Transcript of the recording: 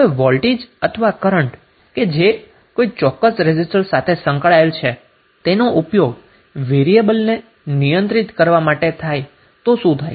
હવે વોલ્ટેજ અથવા કરન્ટ કે જે કોઈ ચોક્કસ રેઝિસ્ટર સાથે સંકળાયેલ છે તેનો ઉપયોગ કન્ટ્રોલિન્ગ વેરીએબલ માટે થાય તો શું થાય